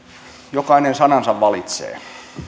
jokainen sanansa valitsee